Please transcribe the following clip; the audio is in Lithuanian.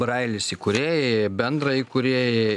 brailis įkūrėjai bendraįkūrėjai